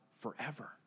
forever